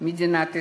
מדינת ישראל,